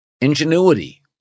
ingenuity